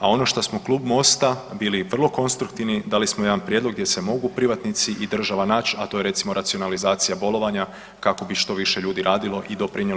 A ono šta smo Klub MOST-a bili vrlo konstruktivni dali smo jedan prijedlog gdje se mogu privatnici i država naći, a to je recimo racionalizacija bolovanja kako bi što više ljudi radilo i doprinijelo